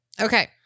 Okay